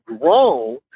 grown